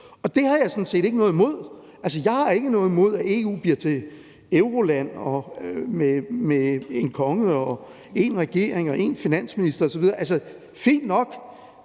EU. Det har jeg sådan set ikke noget imod, altså, jeg har ikke noget imod, at EU bliver til Euroland med én konge og én regering og én finansminister osv., fint nok,